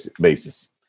basis